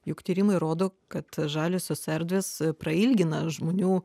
juk tyrimai rodo kad žaliosios erdvės prailgina žmonių